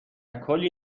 کلی